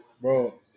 Bro